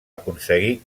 aconseguir